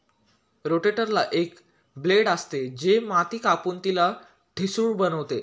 रोटेटरला एक ब्लेड असते, जे माती कापून तिला ठिसूळ बनवते